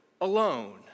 alone